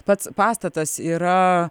pats pastatas yra